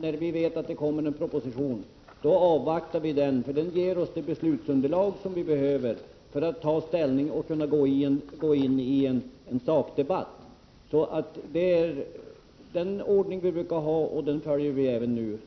när vi vet att det kommer en proposition är att vi avvaktar den. Den ger oss det beslutsunderlag vi behöver för att kunna föra en sakdebatt och ta ställning. Det är den arbetsordning vi brukar ha, och den följer vi även nu.